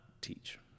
teach